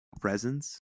presence